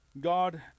God